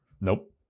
Nope